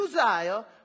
Uzziah